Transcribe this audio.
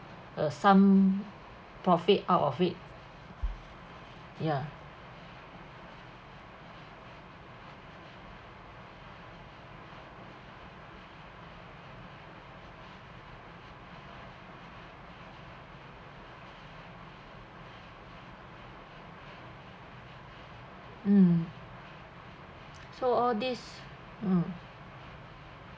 uh some profit out of it ya mm so all these ah